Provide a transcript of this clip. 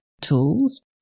tools